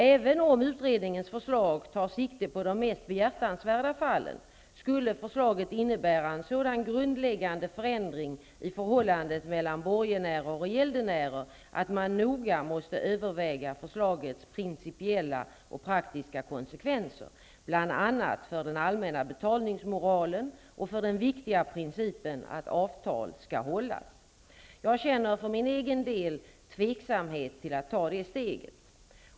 Även om utredningens förslag tar sikte på de mest behjärtansvärda fallen, skulle förslaget innebära en sådan grundläggande förändring i förhållandet mellan borgenärer och gäldenärer att man noga måste överväga förslagets principiella och praktiska konsekvenser, bl.a. för den allmänna betalningsmoralen och för den viktiga principen att avtal skall hållas. Jag känner mig för egen del tveksam till att ta det steget.